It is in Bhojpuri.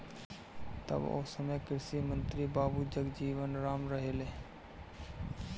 तब ओ समय कृषि मंत्री बाबू जगजीवन राम रहलें